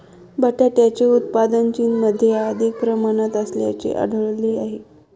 बटाट्याचे उत्पादन चीनमध्ये अधिक प्रमाणात असल्याचे आढळले आहे